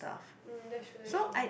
mm that's true that's true